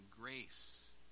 grace